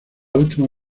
última